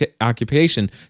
occupation